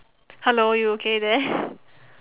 hello you okay there